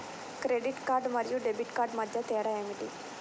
Credit card మరియు debit card మధ్య తేడా ఏమిటి?